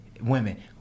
women